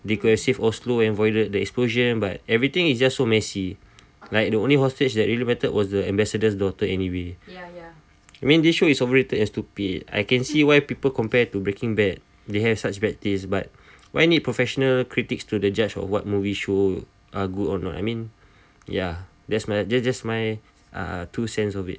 they could've saved oslo and avoided the explosion but everything is just so messy like the only hostage that elevated was the ambassador's daughter anyway I mean this show is overrated and stupid I can see why people compare it to breaking bad they have such bad taste but why need professional critics to the judge of what movie show are good or not I mean ya that's my that's just my ah two cents of it